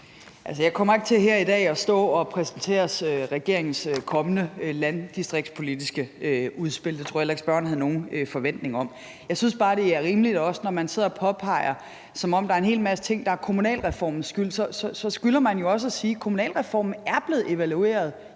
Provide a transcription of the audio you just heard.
her i dag at stå og præsentere regeringens kommende landdistriktspolitiske udspil. Det tror jeg heller ikke spørgeren havde nogen forventning om. Jeg synes bare, når man sidder og påpeger ting, som om der er en hel masse, der er kommunalreformens skyld, at man jo så også skylder at sige, at kommunalreformen er blevet evalueret